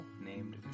named